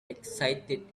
excited